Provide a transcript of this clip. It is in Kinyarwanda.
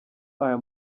ayo